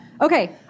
Okay